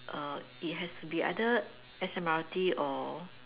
err it has to be either S_M_R_T or